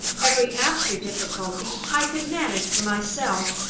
every after-difficulty i could manage for myself.